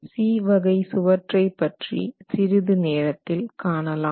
C வகை சுவற்றை பற்றி சிறிது நேரத்தில் காணலாம்